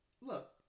Look